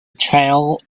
trail